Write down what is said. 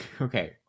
okay